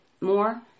more